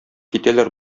китәләр